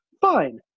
fine